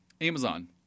Amazon